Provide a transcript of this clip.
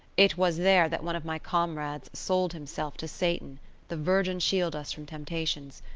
it was there that one of my comrades sold himself to satan the virgin shield us from temptations!